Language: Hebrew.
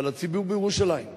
אבל הציבור בירושלים,